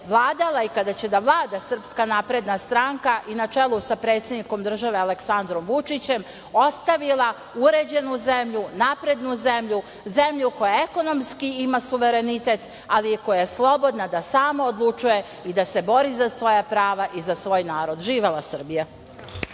vladala i kada će da vlada SNS i na čelu sa predsednikom države Aleksandrom Vučićem, ostavila uređenu zemlju, naprednu zemlju, zemlju koja ekonomski ima suverenitet, ali koja je slobodna da sama odlučuje i da se bori za svoja prava i za svoj narod. Živela Srbija.